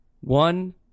One